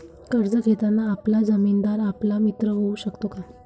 कर्ज घेताना आपला जामीनदार आपला मित्र होऊ शकतो का?